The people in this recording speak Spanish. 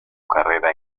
carrera